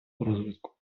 розвитку